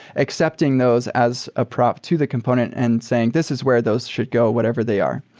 accepting those as a prop to the component and saying, this is where those should go. whatever they are.